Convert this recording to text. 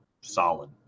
solid